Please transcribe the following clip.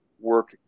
work